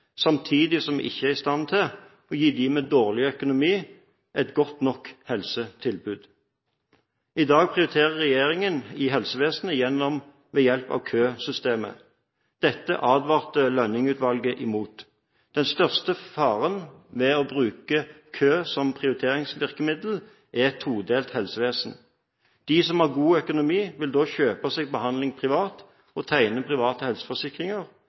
samtidig som vi ikke er i stand til å gi dem med dårlig økonomi, et godt nok helsetilbud. I dag prioriterer regjeringen i helsevesenet ved hjelp av køsystemet. Dette advarte Lønning-utvalget mot. Den største faren med å bruke kø som prioriteringsvirkemiddel, er et todelt helsevesen. De som har god økonomi, vil da kjøpe seg behandling privat og tegne private helseforsikringer,